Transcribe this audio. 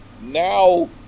now